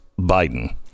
Biden